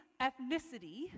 ethnicity